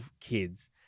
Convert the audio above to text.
kids